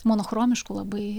monochromiškų labai